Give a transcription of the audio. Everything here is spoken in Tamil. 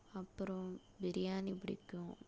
அப்புறம் பிரியாணி பிடிக்கும்